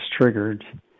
triggered